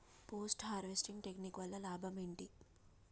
Post harvesting technique వల్ల లాభం ఏంటి?